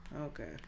Okay